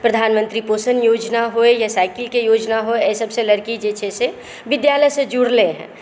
प्रधानमंत्री पोषण योजना होइ या साइकिलके योजना होइ एहि सबसँ लड़की जे छै से विद्यालय से जुड़लै हँ